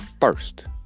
first